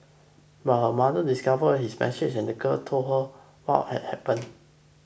but her mother discovered his message and the girl told her what had happened